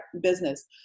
business